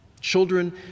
Children